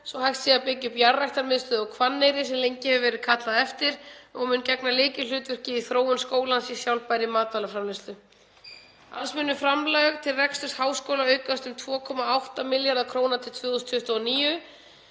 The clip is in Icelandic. að hægt sé að byggja upp jarðræktarmiðstöð á Hvanneyri sem lengi hefur verið kallað eftir og mun gegna lykilhlutverki í þróun skólans á sjálfbærri matvælaframleiðslu. Alls munu framlög til reksturs háskóla aukast um 2,8 milljarða kr. til 2029